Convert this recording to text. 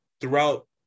throughout